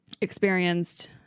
experienced